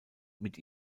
mit